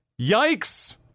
Yikes